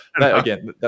again